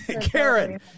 Karen